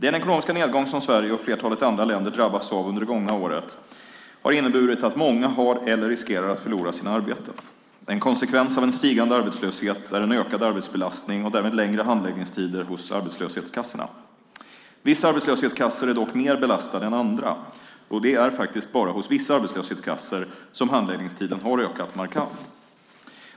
Den ekonomiska nedgång som Sverige och flertalet andra länder har drabbats av under det gångna året har inneburit att många har förlorat eller riskerar att förlora sina arbeten. En konsekvens av en stigande arbetslöshet är en ökad arbetsbelastning och därmed längre handläggningstider hos arbetslöshetskassorna. Vissa arbetslöshetskassor är dock mer belastade än andra, och det är faktiskt bara hos vissa arbetslöshetskassor som handläggningstiden har ökat markant.